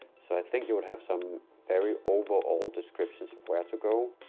so i think you would have some very overall description where to go,